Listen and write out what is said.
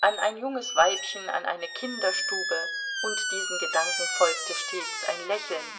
an ein junges weibchen an eine kinderstube und diesen gedanken folgte stets ein lächeln